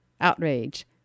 outrage